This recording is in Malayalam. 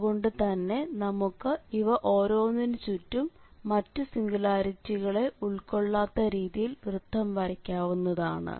അതുകൊണ്ട് തന്നെ നമുക്ക് ഇവ ഓരോന്നിനു ചുറ്റും മറ്റു സിംഗുലാരിറ്റികളെ ഒന്നും ഉൾക്കൊള്ളാത്ത രീതിയിൽ വൃത്തം വരയ്ക്കാവുന്നതാണ്